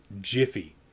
Jiffy